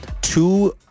two